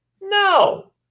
no